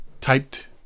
typed